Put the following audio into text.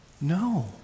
no